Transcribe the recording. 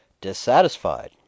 dissatisfied